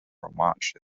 romansh